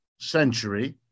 century